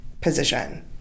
position